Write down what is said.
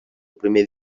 primer